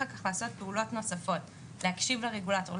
אחר כך לעשות פעולות נוספות להקשיב לרגולטור,